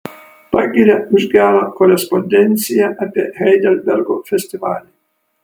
pagiria už gerą korespondenciją apie heidelbergo festivalį